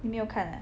你没有看啊